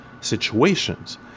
situations